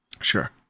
Sure